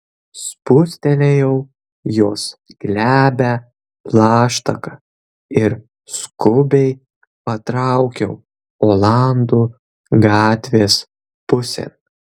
spustelėjau jos glebią plaštaką ir skubiai patraukiau olandų gatvės pusėn